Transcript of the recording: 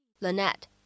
Lynette